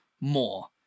more